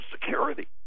Security